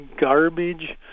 garbage